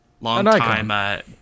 long-time